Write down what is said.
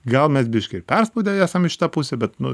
gal mes biškį ir perspaudę esam į šitą pusę bet nu